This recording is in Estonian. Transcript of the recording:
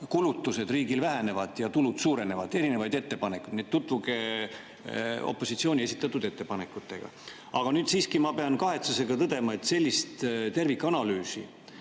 kulutused riigil vähenevad ja tulud suurenevad, erinevaid ettepanekuid. Nii et tutvuge opositsiooni esitatud ettepanekutega. Aga siiski ma pean kahetsusega tõdema, et sellist tervikanalüüsi